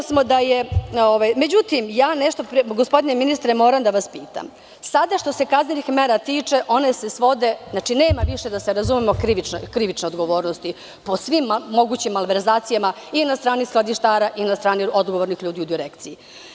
Gospodine ministre, ja moram nešto da vas pitam, sada što se kaznenih mera tiče, one se svode, nema više, da se razumemo krivične odgovornosti po svim mogućim malverzacijama i na strani skladištara i na strani odgovornih ljudi u direkciji.